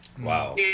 Wow